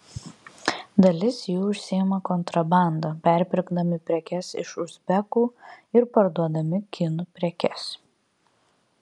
dalis jų užsiima kontrabanda perpirkdami prekes iš uzbekų ir parduodami kinų prekes